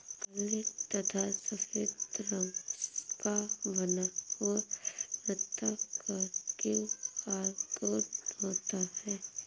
काले तथा सफेद रंग का बना हुआ वर्ताकार क्यू.आर कोड होता है